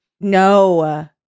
no